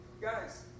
Guys